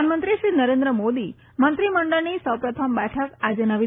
પ્રધાનમંત્રીશ્રી નરેન્દ્ર મોદી મંત્રીમંડળની સૌપ્રથમ બેઠક આજે ન્યુ